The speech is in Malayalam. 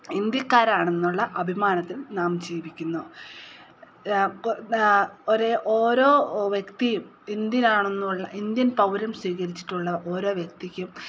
ഇന്ത്യക്കാരാണെന്നുള്ള അഭിമാനത്തിൽ നാം ജീവിക്കുന്നു ഒരേ ഓരോ വ്യക്തിയും ഇന്ത്യനാണെന്നുള്ള ഇന്ത്യൻ പൗരം സ്വീകരിച്ചിട്ടുള്ള ഓരോ വ്യക്തിക്കും